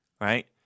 right